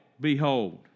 behold